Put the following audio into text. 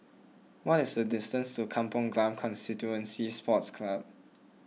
what is the distance to Kampong Glam Constituency Sports Club